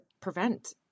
prevent